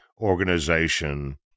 organization